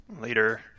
Later